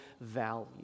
value